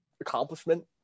accomplishment